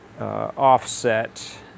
offset